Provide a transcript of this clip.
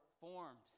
formed